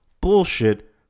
bullshit